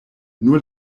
nur